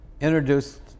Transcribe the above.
introduced